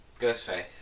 Ghostface